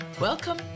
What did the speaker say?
Welcome